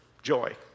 Joy